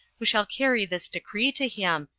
who shall carry this decree to him,